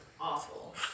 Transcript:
awful